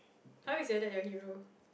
how you selected your hero